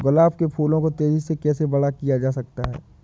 गुलाब के फूलों को तेजी से कैसे बड़ा किया जा सकता है?